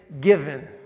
given